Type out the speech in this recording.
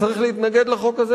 צריך להתנגד לחוק הזה,